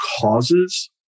causes